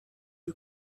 you